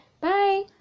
Bye